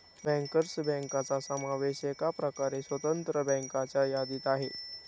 bankers बँकांचा समावेश एकप्रकारे स्वतंत्र बँकांच्या यादीत आहे